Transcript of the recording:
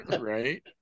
right